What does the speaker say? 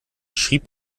schrieb